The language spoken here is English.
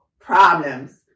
problems